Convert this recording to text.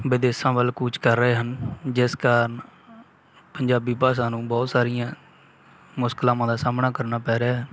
ਵਿਦੇਸ਼ਾਂ ਵੱਲ ਕੂਚ ਕਰ ਰਹੇ ਹਨ ਜਿਸ ਕਾਰਨ ਪੰਜਾਬੀ ਭਾਸ਼ਾ ਨੂੰ ਬਹੁਤ ਸਾਰੀਆਂ ਮੁਸ਼ਕਲਾਵਾਂ ਦਾ ਸਾਹਮਣਾ ਕਰਨਾ ਪੈ ਰਿਹਾ ਹੈ